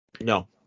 No